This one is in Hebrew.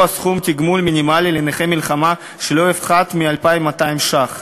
סכום תגמול מינימלי לנכה מלחמה שלא יפחת מ-2,200 ש"ח.